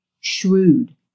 shrewd